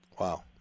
Wow